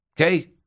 Okay